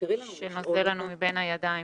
שנוזל לנו מבין הידיים.